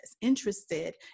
interested